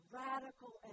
radical